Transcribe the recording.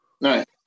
Right